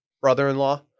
brother-in-law